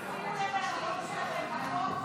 הצעת סיעות רע"מ